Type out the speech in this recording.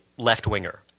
left-winger